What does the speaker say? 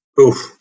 Oof